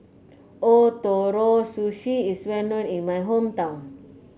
Ootoro Sushi is well known in my hometown